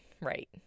right